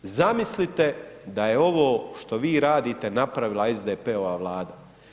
Zamislite da je ovo što vi radite napravila SDP-ova Vlada?